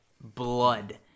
blood